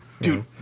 Dude